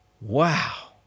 Wow